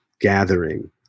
gathering